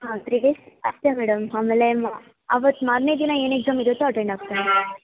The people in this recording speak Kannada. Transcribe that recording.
ಹಾಂ ತ್ರೀ ಡೇಸ್ ಅಷ್ಟೇ ಮೇಡಮ್ ಆಮೇಲೆ ಆವತ್ತು ಮಾರನೇ ದಿನ ಏನು ಎಕ್ಸಾಮ್ ಇರುತ್ತೋ ಅಟೆಂಡ್ ಆಗ್ತಾನೆ